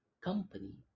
company